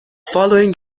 following